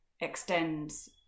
extends